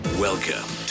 Welcome